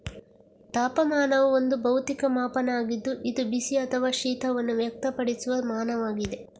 ತಾಪಮಾನವು ಒಂದು ಭೌತಿಕ ಮಾಪನ ಆಗಿದ್ದು ಇದು ಬಿಸಿ ಅಥವಾ ಶೀತವನ್ನು ವ್ಯಕ್ತಪಡಿಸುವ ಮಾನವಾಗಿದೆ